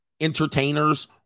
entertainers